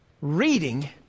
reading